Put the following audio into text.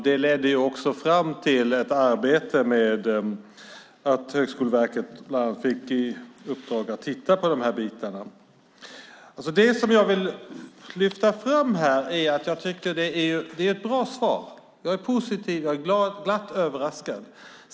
Det ledde fram till att Högskoleverket bland annat fick i uppdrag att titta på de här bitarna. Det är ett bra svar. Det är positivt, och jag är glatt överraskad.